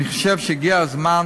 אני חושב שהגיע הזמן